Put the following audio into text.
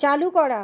চালু করা